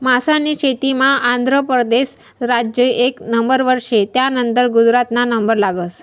मासास्नी शेतीमा आंध्र परदेस राज्य एक नंबरवर शे, त्यानंतर गुजरातना नंबर लागस